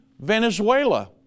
Venezuela